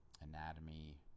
anatomy